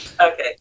okay